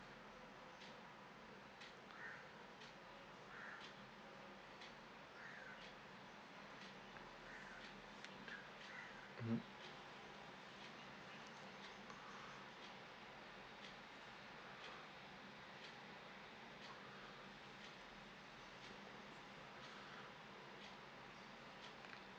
mmhmm